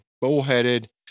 bullheaded